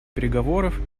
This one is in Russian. переговоров